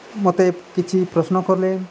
ମୋତେ କିଛି ପ୍ରଶ୍ନ କଲେ